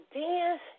dance